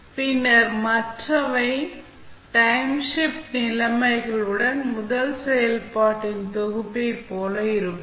பின்னர் மற்றவை time shift நிலைமைகளுடன் முதல் செயல்பாட்டின் தொகுப்பைப் போல இருக்கும்